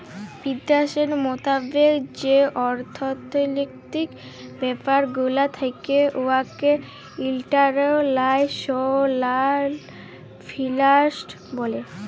বিদ্যাশের মতাবেক যে অথ্থলৈতিক ব্যাপার গুলা থ্যাকে উয়াকে ইল্টারল্যাশলাল ফিল্যাল্স ব্যলে